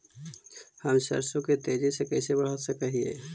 हम सरसों के तेजी से कैसे बढ़ा सक हिय?